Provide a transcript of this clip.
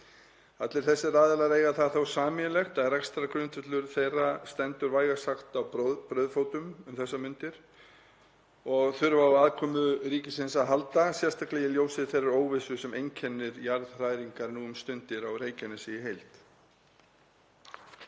Allir þessir aðilar eiga það sameiginlegt að rekstrargrundvöllur þeirra stendur vægast sagt á brauðfótum um þessar mundir og þurfa á aðkomu ríkisins að halda, sérstaklega í ljósi þeirrar óvissu sem einkennir jarðhræringar nú um stundir á Reykjanesskaga í heild.